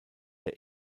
der